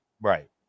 right